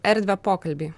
erdvę pokalbiui